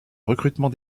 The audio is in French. recrutement